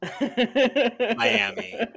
Miami